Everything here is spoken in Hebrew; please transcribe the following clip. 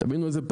אתה בין מה זה?